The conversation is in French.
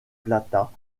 plata